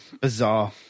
Bizarre